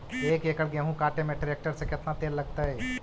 एक एकड़ गेहूं काटे में टरेकटर से केतना तेल लगतइ?